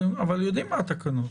אבל יודעים מה התקנות.